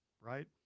right